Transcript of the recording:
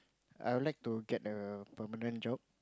I would like to get a permanent job